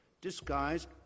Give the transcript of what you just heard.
disguised